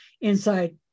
inside